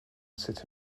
sit